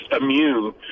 immune